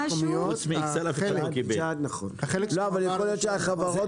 יכול להיות שהחברות